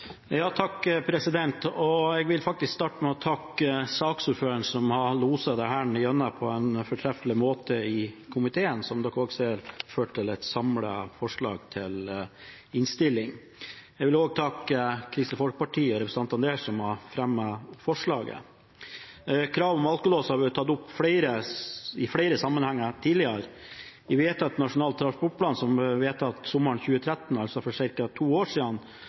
Jeg vil starte med å takke saksordføreren, som har loset dette igjennom på en fortreffelig måte i komiteen. Som dere også ser, førte det til et samlet forslag til innstilling. Jeg vil også takke Kristelig Folkeparti og representantene der som har fremmet forslaget. Kravet om alkolås har vært tatt opp i flere sammenhenger tidligere. I forbindelse med Nasjonal transportplan som ble vedtatt sommeren 2013, altså for ca. to år siden,